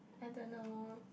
I don't know